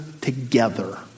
together